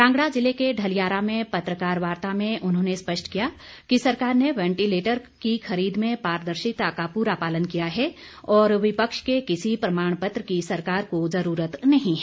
कांगड़ा जिले के ढलियारा में पत्रकार वार्ता में उन्होंने स्पष्ट किया कि सरकार ने वैंटिलेटर की खरीद में पारदर्शिता का पूरा पालन किया है और विपक्ष के किसी प्रमाण पत्र की सरकार को जरूरत नहीं है